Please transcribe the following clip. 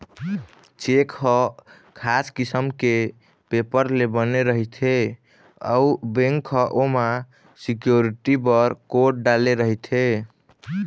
cheque ह खास किसम के पेपर ले बने रहिथे अउ बेंक ह ओमा सिक्यूरिटी बर कोड डाले रहिथे